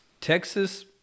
Texas